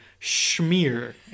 schmear